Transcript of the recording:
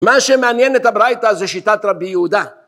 מה שמעניין את הברייתא זה שיטת רבי יהודה